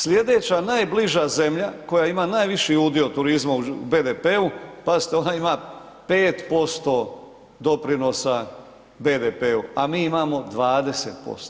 Slijedeća najbliža zemlja koja ima najviši udio turizma u BDP-u, pazite ona ima 5% doprinosa BDP-u, a mi imamo 20%